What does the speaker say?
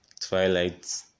Twilight